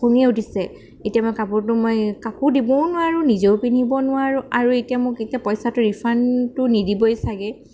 খঙেই উঠিছে এতিয়া মই কাপোৰটো মই কাকো দিবও নোৱাৰোঁ নিজেও পিন্ধিব নোৱাৰোঁ আৰু এতিয়া মোক এতিয়া পইচাটো ৰিফাণ্ডটো নিদিবই চাগে